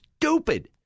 stupid